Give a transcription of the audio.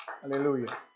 Hallelujah